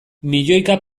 milioika